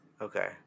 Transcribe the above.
Okay